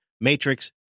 Matrix